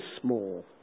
small